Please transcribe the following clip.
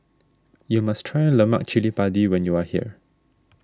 you must try Lemak Chili Padi when you are here